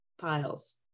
piles